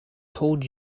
told